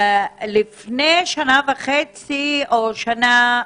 לפני שנה וחצי, או שנה,